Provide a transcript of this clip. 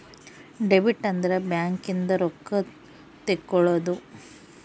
debit ಅಂದ್ರ bank ಇಂದ ರೊಕ್ಕ ತೆಕ್ಕೊಳೊದು